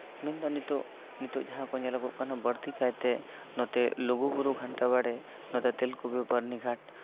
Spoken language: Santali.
ᱢᱮᱱᱫᱟ ᱱᱤᱛᱚᱜ ᱱᱤᱛᱚᱜ ᱡᱟᱦᱟᱸ ᱠᱚ ᱧᱮᱞᱚᱜ ᱠᱟᱱ ᱫᱚ ᱵᱟᱹᱲᱛᱤ ᱠᱟᱭᱛᱮ ᱱᱚᱛᱮ ᱞᱩᱜᱩᱵᱩᱨᱩ ᱜᱷᱟᱱᱴᱟ ᱵᱟᱲᱮ ᱱᱚᱛᱮ ᱛᱮᱞᱠᱩᱯᱤ ᱵᱟᱹᱨᱱᱤ ᱜᱷᱟᱴ